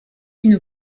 une